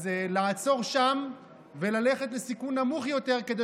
לעצור שם וללכת לסיכון נמוך יותר כדי